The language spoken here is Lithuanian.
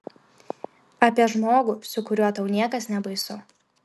apie žmogų su kuriuo tau niekas nebaisu